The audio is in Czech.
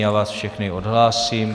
Já vás všechny odhlásím.